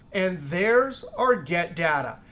and there's our get data.